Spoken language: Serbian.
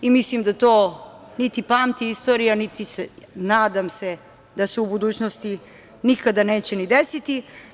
Mislim, da to niti pamti istorija, a nadam se da se u budućnosti nikada neće ni desiti.